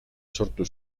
sortu